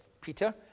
Peter